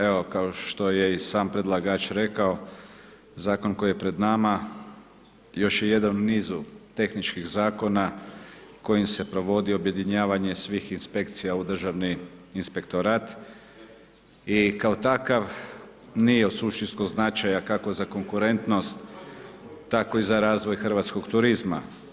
Evo kao što je i sam predlagač rekao, zakon koji je pred nama još jedan u nizu tehničkih zakona kojim se provodi objedinjavanje svih inspekcija u Državni inspektorat i kao takav nije od suštinskog značaja kako za konkurentnost tako i za razvoj hrvatskog turizma.